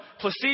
Placide